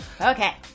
Okay